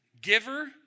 giver